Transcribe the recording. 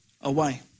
away